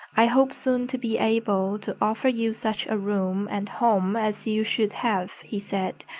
i hope soon to be able to offer you such a room and home as you should have, he said.